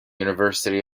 university